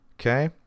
Okay